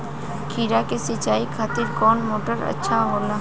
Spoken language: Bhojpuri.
खीरा के सिचाई खातिर कौन मोटर अच्छा होला?